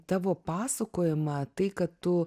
tavo pasakojimą tai kad tu